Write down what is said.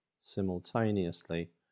simultaneously